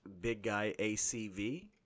BigGuyACV